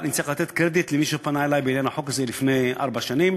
אני צריך לתת קרדיט למי שפנה אלי בעניין החוק הזה לפני ארבע שנים.